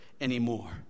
anymore